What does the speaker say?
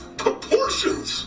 proportions